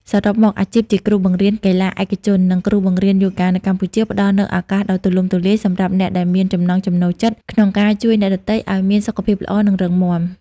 សរុបមក អាជីពជាគ្រូបង្វឹកកីឡាឯកជន និងគ្រូបង្រៀនយូហ្គានៅកម្ពុជាផ្តល់នូវឱកាសដ៏ទូលំទូលាយសម្រាប់អ្នកដែលមានចំណង់ចំណូលចិត្តក្នុងការជួយអ្នកដទៃឱ្យមានសុខភាពល្អ និងរឹងមាំ។